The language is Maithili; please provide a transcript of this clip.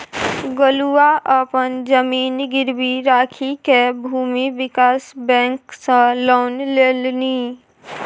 गोलुआ अपन जमीन गिरवी राखिकए भूमि विकास बैंक सँ लोन लेलनि